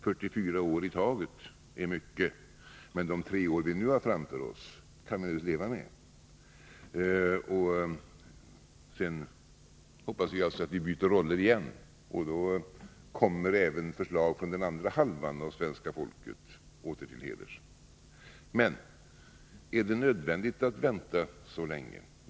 44 åritaget är mycket, men de tre år som vi nu har framför oss kan vi naturligtvis leva med. Sedan hoppas vi att vi byter roller igen. Och då kommer förslag från den andra halvan av svenska folket åter till heders. Men är det nödvändigt att vänta så länge?